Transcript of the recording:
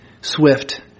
swift